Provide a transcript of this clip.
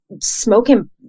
smoking